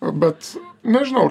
bet nežinau ar